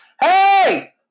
hey